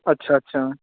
ਅੱਛਾ ਅੱਛਾ